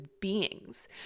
beings